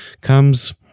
comes